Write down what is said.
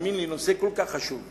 תאמין לי, נושא כל כך חשוב,